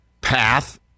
path